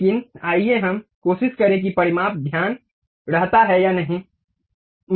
लेकिन आइए हम कोशिश करें कि परिमाप ध्यान रहता है या नहीं